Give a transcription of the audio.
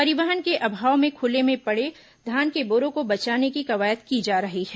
परिवहन के अभाव में खुले में पड़े धान के बोरों को बचाने की कवायद की जा रही है